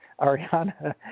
Ariana